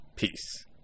Peace